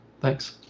thanks